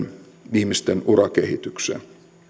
ihmisten urakehitykseen